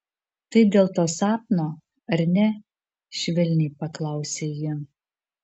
tai dėl to sapno ar ne švelniai paklausė ji